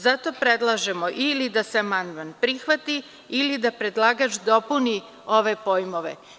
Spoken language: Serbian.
Zato predlažemo ili da se amandman prihvati ili da predlagač dopuni ove pojmove.